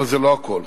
אבל זה לא הכול.